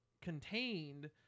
contained